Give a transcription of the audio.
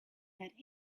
had